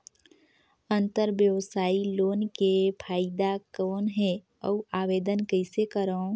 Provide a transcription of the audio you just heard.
अंतरव्यवसायी लोन के फाइदा कौन हे? अउ आवेदन कइसे करव?